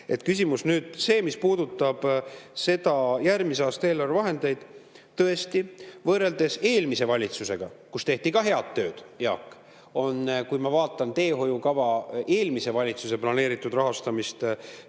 Küsimus aga puudutab nüüd järgmise aasta eelarve vahendeid. Tõesti, võrreldes eelmise valitsusega, kus tehti ka head tööd, kui ma vaatan teehoiukava eelmise valitsuse planeeritud rahastamist,